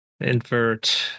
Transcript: Invert